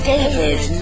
David